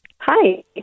Hi